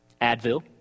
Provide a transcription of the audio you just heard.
Advil